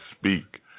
speak